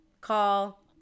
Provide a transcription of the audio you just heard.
Call